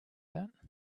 that